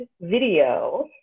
video